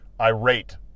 irate